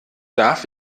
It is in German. darf